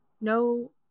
No